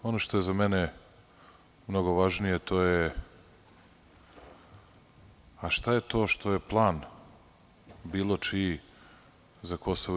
Ono što je za mene mnogo važnije to je –šta je to što je plan bilo čiji za KiM?